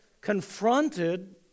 confronted